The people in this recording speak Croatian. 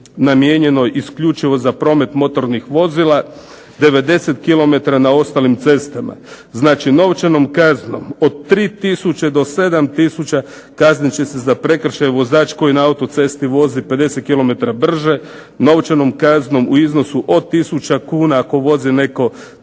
namijenjenoj isključivo za promet motornih vozila, 98 km na ostalim cestama." Znači novčanom kaznom od 3 tisuće do 7 tisuća kaznit će se za prekršaj vozač koji na autocesti vozi 50 km brže, novčanom kaznom u iznosu od tisuću kuna ako vozi netko